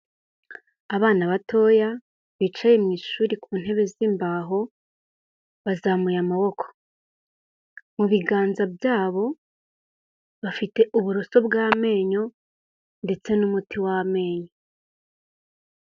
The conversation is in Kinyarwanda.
Abana batoya, bicaye mu ishuri ku ntebe z'imbaho, bazamuye amaboko. Mu biganza byabo, bafite uburoso bw'amenyo, ndetse n'umuti w'amenyo.